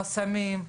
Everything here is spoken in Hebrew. חסמים,